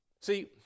See